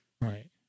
Right